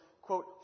quote